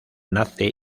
nace